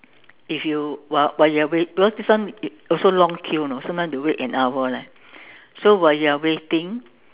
if you while while you are wai~ because this one also long queue you know sometimes you have to wait an hour leh so while you are waiting